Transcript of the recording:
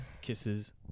kisses